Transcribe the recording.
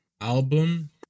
album